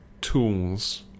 tools